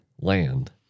land